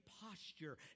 posture